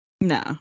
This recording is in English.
No